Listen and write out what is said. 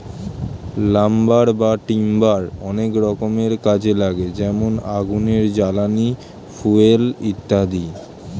lumber বা timber অনেক রকমের কাজে লাগে যেমন আগুনের জ্বালানি, ফুয়েল ইত্যাদি